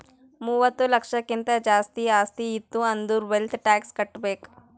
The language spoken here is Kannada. ಮೂವತ್ತ ಲಕ್ಷಕ್ಕಿಂತ್ ಜಾಸ್ತಿ ಆಸ್ತಿ ಇತ್ತು ಅಂದುರ್ ವೆಲ್ತ್ ಟ್ಯಾಕ್ಸ್ ಕಟ್ಬೇಕ್